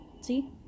See